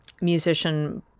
musician